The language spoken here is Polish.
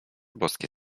boskie